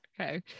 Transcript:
Okay